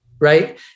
right